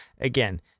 Again